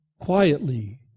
quietly